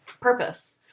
purpose